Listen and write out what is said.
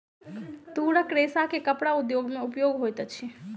तूरक रेशा के कपड़ा उद्योग में उपयोग होइत अछि